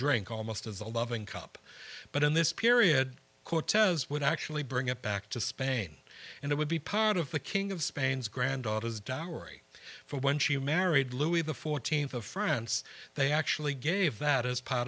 drink almost as a loving cup but in this period cortez would actually bring it back to spain and it would be part of the king of spain's granddaughters dowry for when she married louis the th of france they actually gave that as part